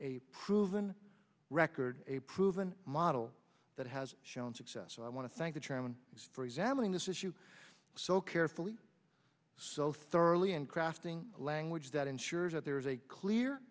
a proven record a proven model that has shown success so i want to thank the chairman for examining this issue so carefully so thoroughly in crafting language that ensures that there is a clear